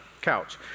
couch